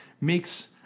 makes